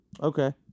Okay